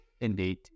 Indeed